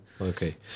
Okay